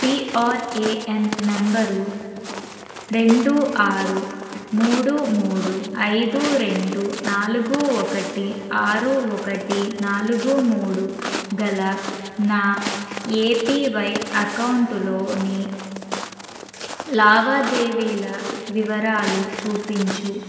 TRAN number రెండు ఆరు మూడు మూడు ఐదు రెండు నాలుగు ఒకటి ఆరు ఒకటి నాలుగు మూడు గల నా ఏపీవై అకౌంటులోని లావాదేవీల వివరాలు చూపించు